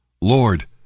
Lord